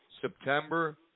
September